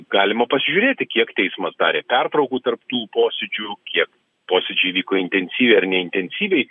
galima pasižiūrėti kiek teismas darė pertraukų tarp tų posėdžių kiek posėdžiai vyko intensyviai ar neintensyviai